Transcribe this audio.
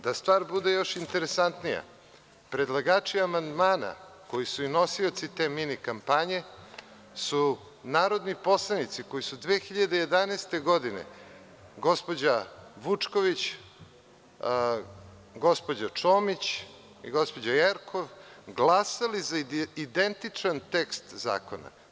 Da stvar bude još interesantnija, predlagači amandmana, koji su i nosioci te mini kampanje, su narodni poslanici koji su 2011. godine, gospođa Vučković, gospođa Čomić i gospođa Jerkov, glasali za identičan tekst zakona.